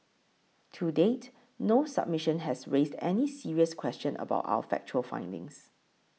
to date no submission has raised any serious question about our factual findings